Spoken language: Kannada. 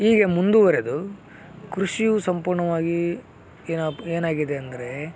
ಹೀಗೆ ಮುಂದುವರೆದು ಕೃಷಿಯು ಸಂಪೂರ್ಣವಾಗಿ ಏನಪ್ಪ ಏನಾಗಿದೆ ಅಂದರೆ